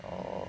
oh